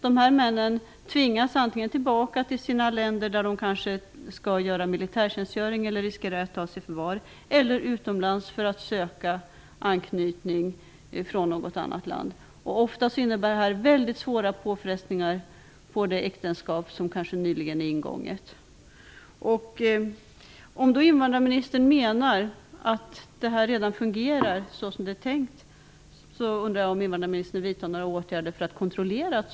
Dessa män tvingas antingen tillbaka till sina länder, där de kanske skall göra militärtjänst eller riskerar att tas i förvar, eller utomlands för att söka uppehållstillstånd av anknytningsskäl från något annat land. Ofta innebär detta väldigt svåra påfrestningar på det äktenskap som kanske nyligen är ingånget. Menar invandrarministern att det redan fungerar som det är tänkt? Jag undrar då om hon vidtar några åtgärder för att kontrollera detta.